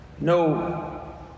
No